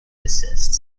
desist